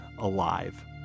alive